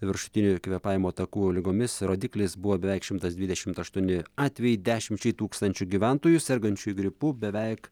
viršutinių kvėpavimo takų ligomis rodiklis buvo beveik šimtas dvidešimt aštuoni atvejai dešimčiai tūkstančių gyventojų sergančių gripu beveik